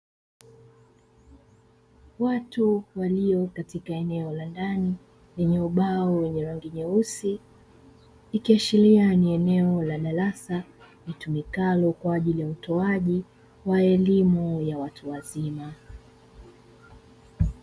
Watu walio katika eneo la ndani lenye ubao wa rangi nyeusi, ikiashiria ni eneo la darasa litumikalo kwa ajili ya utoaji wa elimu ya watu waizima.